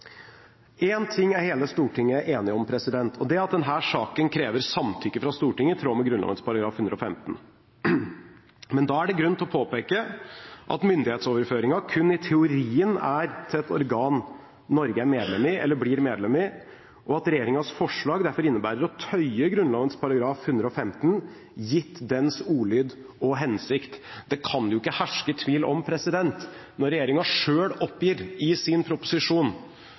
En ting er hele Stortinget enig om, og det er at denne saken krever samtykke fra Stortinget i tråd med Grunnloven § 115. Men da er det grunn til å påpeke at myndighetsoverføringen kun i teorien er til et organ Norge er medlem i eller blir medlem i, og at regjeringens forslag derfor innebærer å tøye Grunnlovens § 115, gitt dens ordlyd og hensikt. Det kan jo ikke herske tvil om – når regjeringen selv oppgir det i sin proposisjon